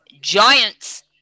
Giants